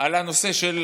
על הנושא של